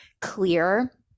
clear